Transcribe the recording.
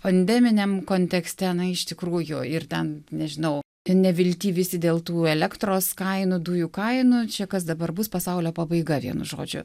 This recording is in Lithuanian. pandeminiam kontekste na iš tikrųjų ir ten nežinau nevilty visi dėl tų elektros kainų dujų kainų čia kas dabar bus pasaulio pabaiga vienu žodžiu